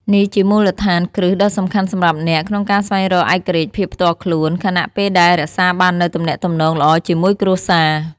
នេះជាមូលដ្ឋានគ្រឹះដ៏សំខាន់សម្រាប់អ្នក ក្នុងការស្វែងរកឯករាជ្យភាពផ្ទាល់ខ្លួន ខណៈពេលដែលរក្សាបាននូវទំនាក់ទំនងល្អជាមួយគ្រួសារ។